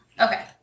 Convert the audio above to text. Okay